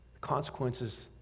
consequences